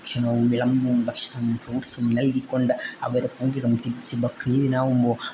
ഭക്ഷണവും വിളമ്പും ഭക്ഷണം ഫ്രൂട്ട്സും നൽകിക്കൊണ്ട് അവരെ പങ്കിടും തിരിച്ച് ബക്രീദിനാവുമ്പോൾ